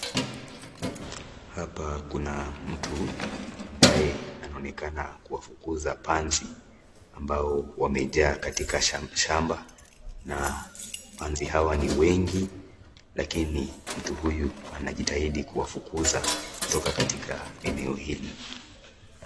Hapa kuna mtu ambaye anaonekana kuwafukuza panzi ambao wamejaa katika shamba na panzi hawa ni wengi lakini mtu huyu anajitahidi kuwafukuza kutoka katika eneo hili.